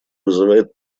вызывает